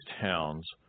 towns